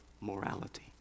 morality